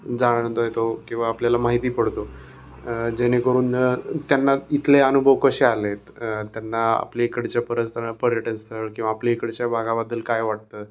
जाणवता येतो किंवा आपल्याला माहिती पडतो जेणेकरून त्यांना इथले अनुभव कसे आलेत त्यांना आपल्या इकडच्या परस्थळ पर्यटनस्थळ किंवा आपली इकडच्या भागाबद्दल काय वाटतं